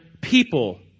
people